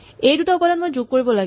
এই দুটা উপাদান মই যোগ কৰিব লাগে